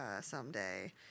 someday